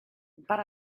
but